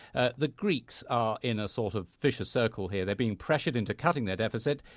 ah the greeks are in a sort of viscous circle here. they're being pressured into cutting their deficit,